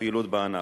והפעילות בענף.